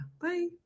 Bye